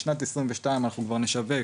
בשנת 2022 אנחנו כבר נשווק